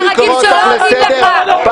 אני קורא אותך לסדר פעם ראשונה.